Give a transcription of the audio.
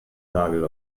nagel